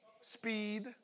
Speed